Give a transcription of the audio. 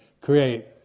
create